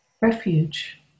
refuge